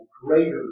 greater